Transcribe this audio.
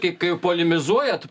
kai kai jau polemizuojat